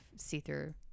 see-through